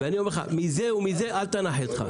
ואני אומר לך, מזה ומזה אל תנח ידך.